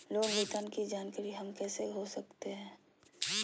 Loan भुगतान की जानकारी हम कैसे हो सकते हैं?